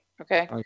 Okay